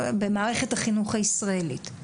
במערכת החינוך הישראלית.